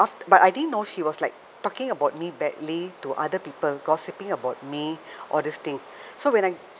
af~ but I didn't know she was like talking about me badly to other people gossiping about me all these thing so when I